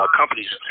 companies